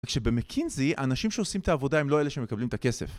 כשבמקינזי, האנשים שעושים את העבודה הם לא אלה שמקבלים את הכסף